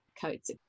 coats